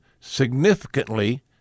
significantly